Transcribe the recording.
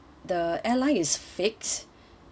the airline is fixed